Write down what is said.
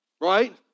right